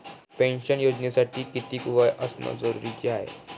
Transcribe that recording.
Pension योजनेसाठी कितीक वय असनं जरुरीच हाय?